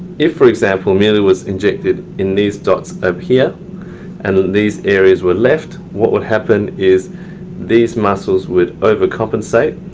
if, for example, amelia was injected in these dots up here and these areas were left, what would happen is these muscles would overcompensate